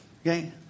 Okay